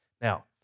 Now